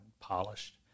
polished